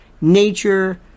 nature